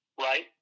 right